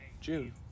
June